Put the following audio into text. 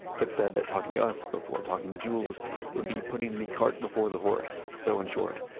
but said that talking to us before talking to jules would be putting the cart before the horse. so, in short,